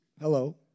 Hello